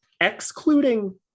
Excluding